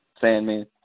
Sandman